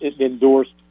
endorsed